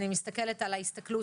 אני מסתכלת על ההסתכלות,